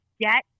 get